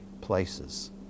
places